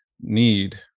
need